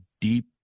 deep